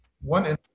One